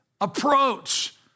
approach